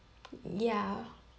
ya